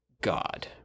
God